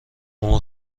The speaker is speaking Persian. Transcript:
اون